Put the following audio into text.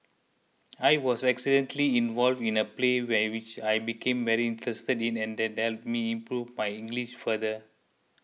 I was accidentally involved in a play we which I became very interested in and that me improve my English further